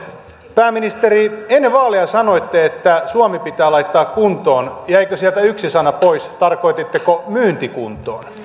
pääministeri ennen vaaleja sanoitte että suomi pitää laittaa kuntoon jäikö sieltä yksi sana pois tarkoititteko myyntikuntoon